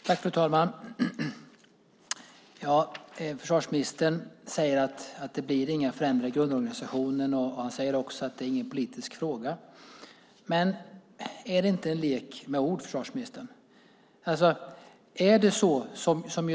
Fru talman! Försvarsministern säger att det inte blir några förändringar i grundorganisationen. Han säger också att det inte är någon politisk fråga. Men är inte detta en lek med ord, försvarsministern?